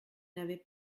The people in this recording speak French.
n’avait